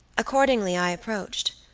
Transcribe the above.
accordingly i approached,